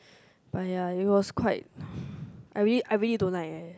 but ya it was quite I really I really don't like eh